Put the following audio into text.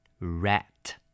Rat